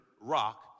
rock